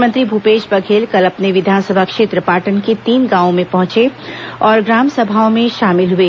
मुख्यमंत्री भूपेश बघेल कल अपने विधानसभा क्षेत्र पाटन के तीन गांवों में पहंचे और ग्राम सभाओं में शामिल हुए